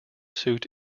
suit